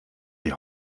die